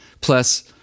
plus